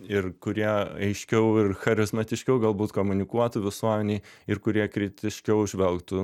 ir kurie aiškiau ir charizmatiškiau galbūt komunikuotų visuomenei ir kurie kritiškiau žvelgtų